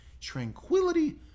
tranquility